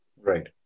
Right